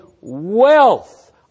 wealth